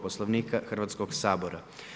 Poslovnika Hrvatskog sabora.